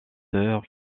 heure